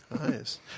nice